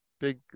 big